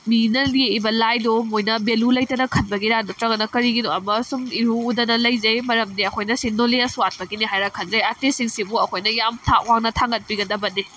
ꯃꯤꯅ ꯌꯦꯛꯏꯕ ꯂꯥꯏꯗꯣ ꯃꯣꯏꯅ ꯚꯦꯂꯨ ꯂꯩꯇꯅ ꯈꯟꯕꯒꯤꯔ ꯅꯠꯇ꯭ꯔꯒꯅ ꯀꯔꯤꯒꯤꯅꯣ ꯑꯃ ꯁꯨꯝ ꯏꯎ ꯎꯗꯅ ꯂꯩꯖꯩ ꯃꯔꯝꯗꯤ ꯑꯩꯈꯣꯏꯅ ꯁꯤ ꯅꯣꯂꯦꯖ ꯋꯥꯠꯄꯒꯤꯅꯦ ꯍꯥꯏꯅ ꯈꯟꯖꯩ ꯑꯥꯔꯇꯤꯁꯁꯤꯡꯁꯤꯕꯨ ꯑꯩꯈꯣꯏꯅ ꯌꯥꯝ ꯊꯥꯛ ꯋꯥꯡꯅ ꯊꯥꯡꯒꯠꯄꯤꯒꯗꯕꯅꯤ